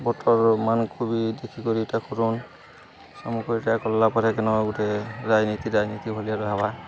ବତର ମାନଙ୍କୁବି ଦେଖିକରି ଇଟା କରନ୍ ସାମୁକାଟା କଲା ପରେ କେନ ଆଉ ଗୋଟେ ରାଜନୀତି ରାଜନୀତି ଭଳିଆର ହେବା